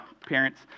parents